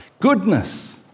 Goodness